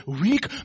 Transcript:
weak